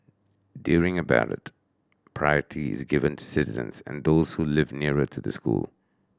during a ballot priority is given to citizens and those who live nearer to the school